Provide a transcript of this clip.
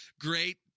Great